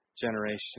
generation